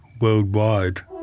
worldwide